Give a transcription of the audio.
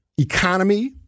economy